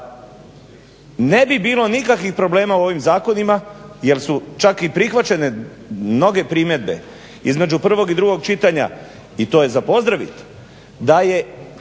ne bi bilo nikakvih problema u ovim zakonima jer su čak i prihvaćene mnoge primjedbe između prvog i drugog čitanja i to je za pozdraviti da je